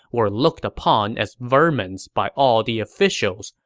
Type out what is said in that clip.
were looked upon as vermins by all the officials,